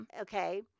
Okay